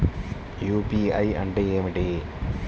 UPI అంటే ఏమిటీ?